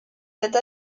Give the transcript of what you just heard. cette